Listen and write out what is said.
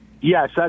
Yes